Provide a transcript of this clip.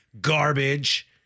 garbage